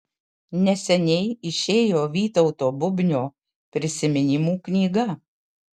neseniai išėjo vytauto bubnio prisiminimų knyga